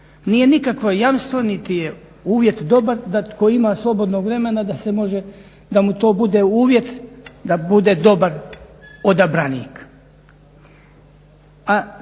Nije nikakvo jamstvo niti je uvjet dobar da tko ima slobodnog vremena da mu to bude uvjet da bude dobar odabranik.